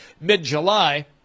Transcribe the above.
mid-July